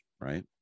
right